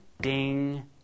ding